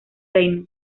reino